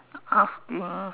asking